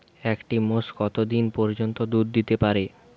একটি মোষ কত দিন পর্যন্ত দুধ দিতে পারে?